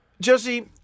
Jesse